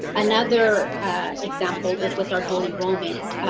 another example is with our dual enrollment.